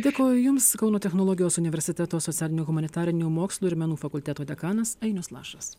dėkoju jums kauno technologijos universiteto socialinių humanitarinių mokslų ir menų fakulteto dekanas ainius lašas